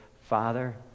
Father